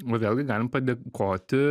o vėlgi galim padėkoti